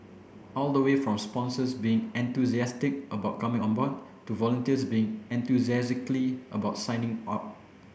all the way from sponsors being enthusiastic about coming on board to volunteers being enthusiastically about signing up